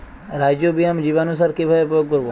Rhizobium জীবানুসার কিভাবে প্রয়োগ করব?